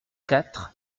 quatre